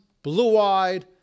blue-eyed